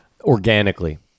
organically